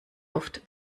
oft